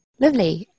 Lovely